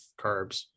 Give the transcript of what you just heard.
carbs